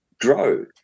grow